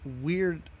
weird